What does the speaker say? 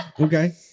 okay